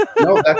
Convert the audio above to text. No